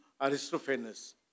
Aristophanes